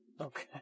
Okay